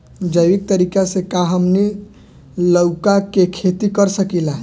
जैविक तरीका से का हमनी लउका के खेती कर सकीला?